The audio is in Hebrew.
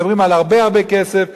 מדברים על הרבה הרבה כסף,